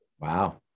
Wow